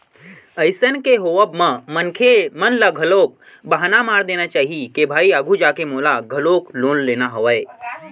अइसन के होवब म मनखे मन ल घलोक बहाना मार देना चाही के भाई आघू जाके मोला घलोक लोन लेना हवय